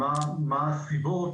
מה הסיבות